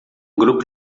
grupo